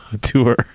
tour